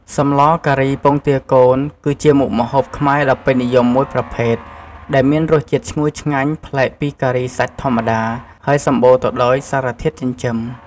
សម្លការីពងទាកូន គឺជាមុខម្ហូបខ្មែរដ៏ពេញនិយមមួយប្រភេទ ដែលមានរសជាតិឈ្ងុយឆ្ងាញ់ ប្លែកពីការីសាច់ធម្មតា ហើយសម្បូរទៅដោយសារធាតុចិញ្ចឹម។